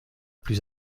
plus